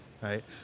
Right